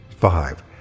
Five